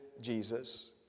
Jesus